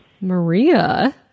Maria